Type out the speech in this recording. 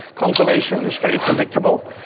consolation is very predictable.